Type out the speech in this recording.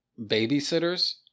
babysitters